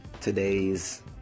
today's